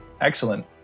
excellent